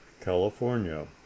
California